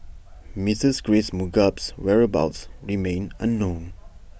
Mistress grace Mugabe's whereabouts remain unknown